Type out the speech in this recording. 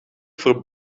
voor